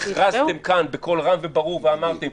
הכרזתם כאן בקול רם וברור ואמרתם,